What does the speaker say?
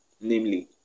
namely